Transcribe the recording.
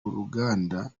ruganda